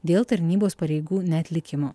dėl tarnybos pareigų neatlikimo